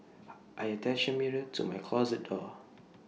I attached A mirror to my closet door